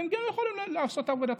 אתם גם יכולים לעשות את עבודתכם.